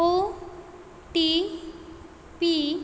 OTP